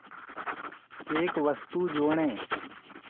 एक वस्तु जोड़ें